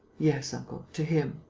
yes, uncle, to him,